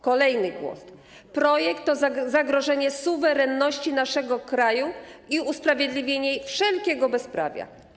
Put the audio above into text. Kolejny głos: Projekt to zagrożenie suwerenności naszego kraju i usprawiedliwienie wszelkiego bezprawia.